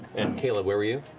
and caleb, where were you?